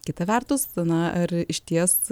kita vertus na ar išties